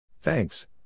Thanks